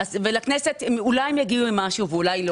ולכנסת אולי הם יגיעו עם משהו ואולי לא